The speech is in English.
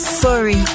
sorry